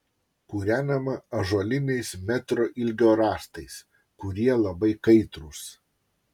kūrenama ąžuoliniais metro ilgio rąstais kurie labai kaitrūs